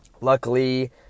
Luckily